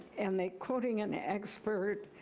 and they, quoting an expert,